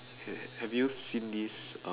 ha~ have you seen this uh